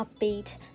upbeat